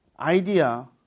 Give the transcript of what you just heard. Idea